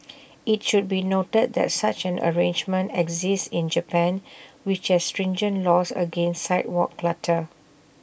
IT should be noted that such an arrangement exists in Japan which has stringent laws against sidewalk clutter